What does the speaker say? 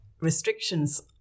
restrictions